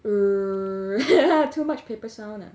err too much paper sound ah